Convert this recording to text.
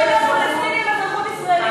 3 מיליון פלסטינים עם אזרחות ישראלית,